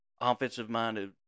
offensive-minded